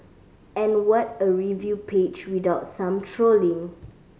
and what a review page without some trolling